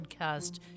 podcast